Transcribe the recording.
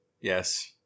Yes